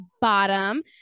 bottom